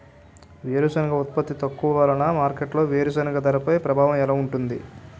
వేరుసెనగ ఉత్పత్తి తక్కువ వలన మార్కెట్లో వేరుసెనగ ధరపై ప్రభావం ఎలా ఉంటుంది?